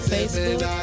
Facebook